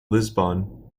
lisbon